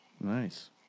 Nice